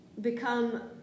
Become